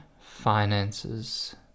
finances